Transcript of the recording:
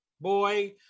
Boy